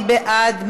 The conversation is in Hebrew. מי בעד?